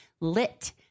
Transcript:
Lit